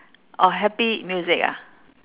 orh happy music ah